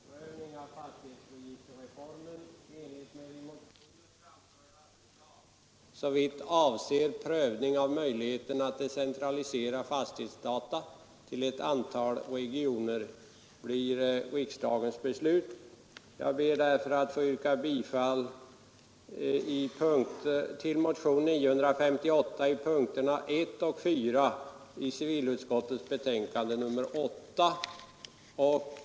Herr talman! Utan att ta kammarens tid ytterligare i anspråk ber jag att få hänvisa till den motivering som finns anförd i motionen 958, där det anhålls att en omprövning av fastighetsregisterreformen i enlighet med i motionen framförda förslag, såvitt avser prövning av möjligheten att decentralisera fastighetsdata till ett antal regioner, blir riksdagens beslut. Jag ber därför att få yrka bifall till motionen 958 under punkterna 1 och 4 i civilutskottets hemställan i betänkande nr 8.